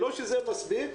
לא שזה מספיק,